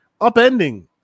upending